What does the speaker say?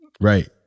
Right